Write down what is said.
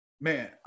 man